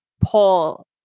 pull